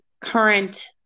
current